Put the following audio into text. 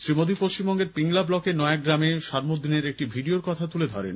শ্রী মোদী পশ্চিমবঙ্গের পিংলা ব্লকে নয়া গ্রামে সারমুদ্দিনের একটি ভিডিওর কথা তুলে ধরেন